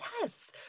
Yes